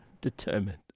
determined